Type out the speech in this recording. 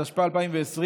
התשפ"א 2020,